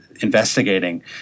investigating